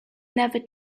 never